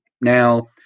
Now